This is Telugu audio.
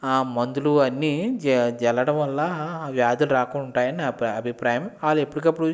అ మందులు అన్ని చల్లడం వల్ల వ్యాధులు రాకుండా ఉంటాయని నా అభిప్రాయం వాళ్ళు ఎప్పుడికి అప్పుడు